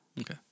Okay